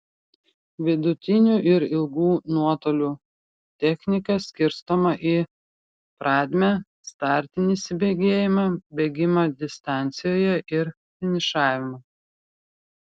vidutinių ir ilgų nuotolių technika skirstoma į pradmę startinį įsibėgėjimą bėgimą distancijoje ir finišavimą